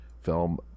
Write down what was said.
film